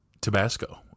Tabasco